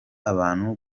abantu